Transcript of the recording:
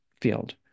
field